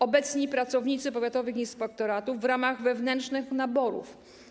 Obecni pracownicy powiatowych inspektoratów w ramach wewnętrznych naborów.